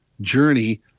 Journey